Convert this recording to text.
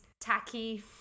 tacky